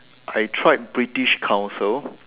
I tried British-Council